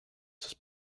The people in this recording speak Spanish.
sus